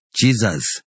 Jesus